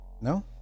no